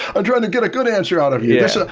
i'm trying to get a good answer out of you. yeah